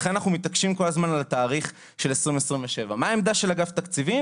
לכן אנחנו מתעקשים כל הזמן על התאריך של 2027. מה העמדה של אגף תקציבים?